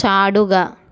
ചാടുക